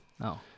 No